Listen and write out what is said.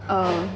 uh